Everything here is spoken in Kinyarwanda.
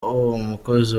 umukozi